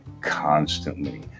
constantly